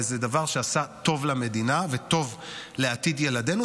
וזה דבר שעשה טוב למדינה וטוב לעתיד ילדינו.